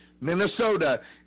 Minnesota